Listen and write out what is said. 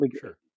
Sure